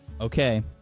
okay